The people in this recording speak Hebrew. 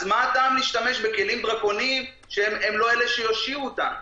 אז מה הטעם להשתמש בכלים דרקוניים שהם לא אלה שיושיעו אותנו?